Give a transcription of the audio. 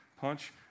punch